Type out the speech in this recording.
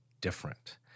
different